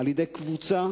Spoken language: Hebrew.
על-ידי קבוצה